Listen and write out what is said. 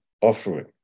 offering